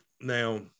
now